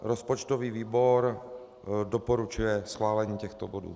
Rozpočtový výbor doporučuje schválení těchto bodů.